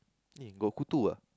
eh got kutu ah